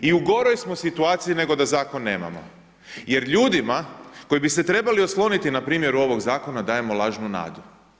I u goroj smo situaciji nego da zakon nemamo jer ljudima koji bi se trebali osloniti na primjeru ovog zakona dajemo lažnu nadu.